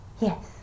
Yes